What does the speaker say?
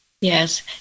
Yes